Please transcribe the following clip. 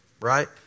right